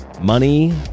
Money